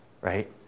right